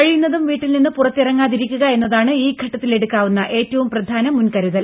കഴിയുന്നതും വീട്ടിൽ നിന്ന് പുറത്തിറങ്ങാതിരിക്കുക എന്നതാണ് ഈ ഘട്ടത്തിൽ എടുക്കാവുന്ന ഏറ്റവും പ്രധാന മുൻ കരുതൽ